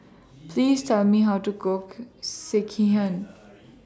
Please Tell Me How to Cook Sekihan